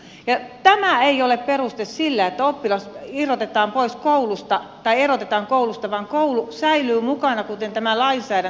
tämä ei ole peruste sille että oppilas erotetaan koulusta vaan koulu säilyy mukana kuten tämä lainsäädäntö myös mahdollistaa